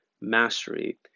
Mastery